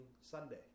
Sunday